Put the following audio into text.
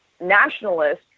nationalists